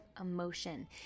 emotion